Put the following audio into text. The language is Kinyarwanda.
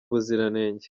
ubuziranenge